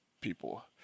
people